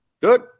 Good